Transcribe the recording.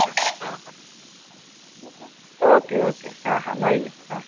હા હા હા ઓકે ઓકે હા હા મળીએ હા